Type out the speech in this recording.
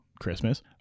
Christmas